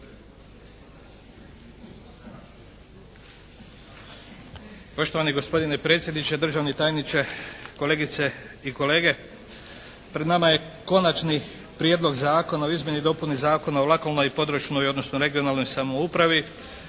Poštovani gospodine predsjedniče, državni tajniče, kolegice i kolege! Pred nama je Konačni prijedlog zakona o izmjeni i dopuni Zakona o lokalnoj i područnoj odnosno regionalnoj samoupravi,